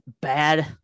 bad